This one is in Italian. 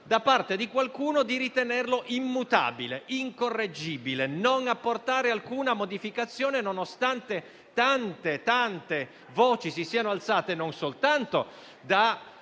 da parte di qualcuno di ritenerlo immutabile e incorreggibile, di non voler apportare alcuna modificazione, nonostante tante, tante voci si siano alzate provenienti non soltanto da